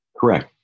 Correct